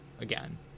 again